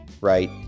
right